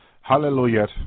Hallelujah